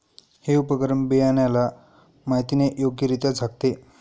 हे उपकरण बियाण्याला मातीने योग्यरित्या झाकते